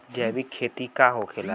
जैविक खेती का होखेला?